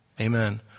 Amen